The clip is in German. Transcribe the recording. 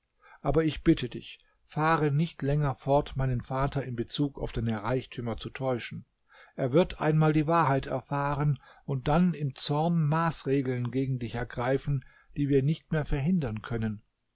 aber ich bitte dich fahre nicht länger fort meinen vater in bezug auf deine reichtümer zu täuschen er wird einmal die wahrheit erfahren und dann im zorn maßregeln gegen dich ergreifen die wir nicht mehr verhindern können